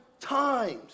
times